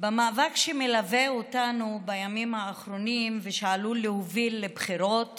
במאבק שמלווה אותנו בימים האחרונים ושעלול להוביל לבחירות